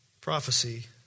prophecy